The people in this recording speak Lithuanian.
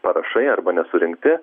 parašai arba nesurinkti